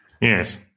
yes